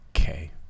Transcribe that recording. okay